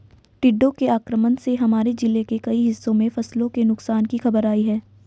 टिड्डों के आक्रमण से हमारे जिले के कई हिस्सों में फसलों के नुकसान की खबर आई है